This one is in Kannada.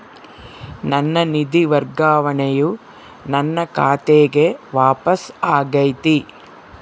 ನನ್ನ ನಿಧಿ ವರ್ಗಾವಣೆಯು ನನ್ನ ಖಾತೆಗೆ ವಾಪಸ್ ಆಗೈತಿ